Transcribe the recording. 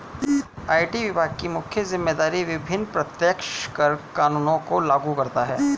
IT विभाग की मुख्य जिम्मेदारी विभिन्न प्रत्यक्ष कर कानूनों को लागू करता है